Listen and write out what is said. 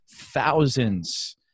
thousands